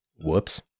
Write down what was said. Whoops